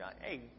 hey